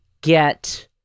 get